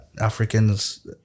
Africans